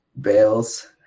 bales